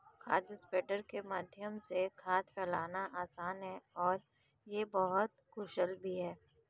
खाद स्प्रेडर के माध्यम से खाद फैलाना आसान है और यह बहुत कुशल भी है